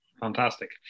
Fantastic